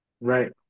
right